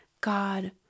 God